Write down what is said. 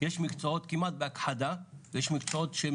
יש מקצועות כמעט בהכחדה ויש מקצועות שהם